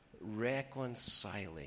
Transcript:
reconciling